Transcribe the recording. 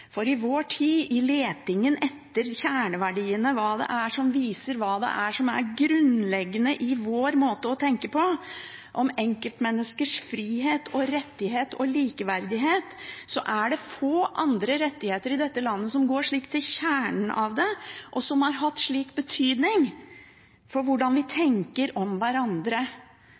For i vår tid, i letingen etter kjerneverdiene – hva som viser hva som er grunnleggende i vår måte å tenke om enkeltmenneskets frihet og rettigheter og likeverdighet på – er det få andre rettigheter i dette landet som går slik til kjernen av det, og som har hatt slik betydning for hvordan vi tenker om hverandre